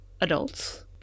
adults